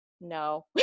no